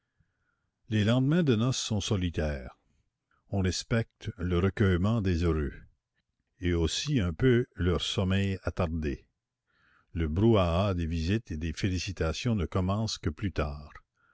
les lendemains de noce sont solitaires on respecte le recueillement des heureux et aussi un peu leur sommeil attardé le brouhaha des visites et des félicitations ne commence que plus tard